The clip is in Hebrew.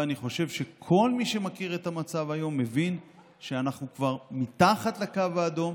ואני חושב שכל מי שמכיר את המצב כיום מבין שאנחנו כבר מתחת לקו האדום.